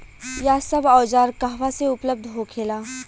यह सब औजार कहवा से उपलब्ध होखेला?